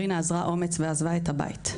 רינה אזרה אומץ ועזבה את הבית.